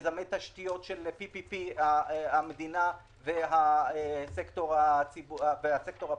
מיזמי תשתיות של המדינה והסקטור הפרטי,